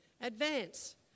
Advance